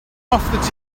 off